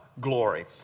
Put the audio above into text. glory